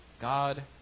God